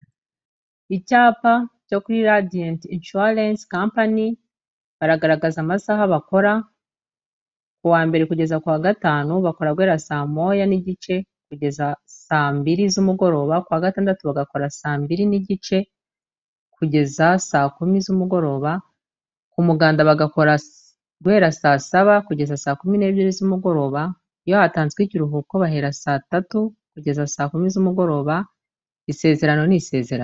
Icyapa cyo kuri radiyeti ishuwarensi kampani baragaragaza amasaha bakora, ku wa mbere kugeza ku wa gatanu bakora guhe saa moya n'igice kugeza saa mbiri z'umugoroba, ku wa gatandatu bagakora saa mbiri n'igice kugeza saa kumi z'umugoroba ku muganda bagakora guhera saa saba kugeza saa kumi n'ebyiri z'umugoroba, iyo hatanzwe ikiruhuko bahera saa tatu kugeza saa kumi z'umugoroba isezerano ni isezerano.